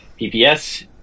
PPS